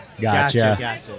Gotcha